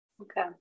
okay